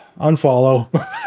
Unfollow